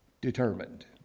determined